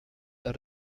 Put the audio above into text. out